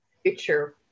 future